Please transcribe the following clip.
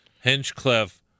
Hinchcliffe